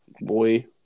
Boy